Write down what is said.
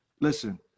Listen